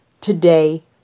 today